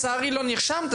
אבל לצערי לא נרשם.